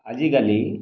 ଆଜିକାଲି